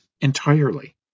entirely